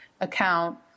account